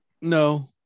No